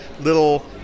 little